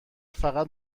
فقط